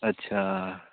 अच्छा